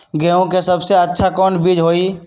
गेंहू के सबसे अच्छा कौन बीज होई?